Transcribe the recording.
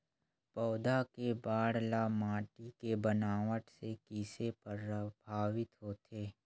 पौधा के बाढ़ ल माटी के बनावट से किसे प्रभावित होथे?